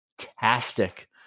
fantastic